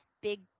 big